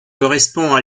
correspond